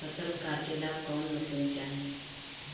फसल काटेला कौन मशीन चाही?